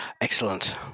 Excellent